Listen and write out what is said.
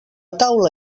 taula